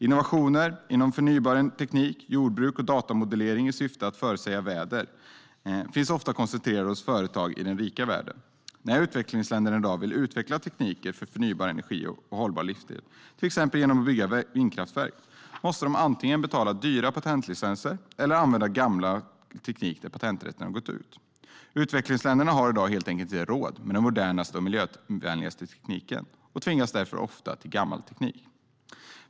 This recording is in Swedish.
Innovationer inom förnybar teknik, jordbruk och datamodulering i syfte att förutsäga väder finns ofta koncentrerade hos företag i den rika världen. När utvecklingsländer i dag vill utveckla tekniker för förnybar energi och hållbar livsstil, till exempel genom att bygga vindkraftverk, måste de antingen betala dyra patentlicenser eller använda gammal teknik där patenträtten gått ut. Utvecklingsländerna har i dag helt enkelt inte råd med den modernaste och miljövänligaste tekniken och tvingas därför ofta till gammal teknik.